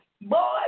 Boy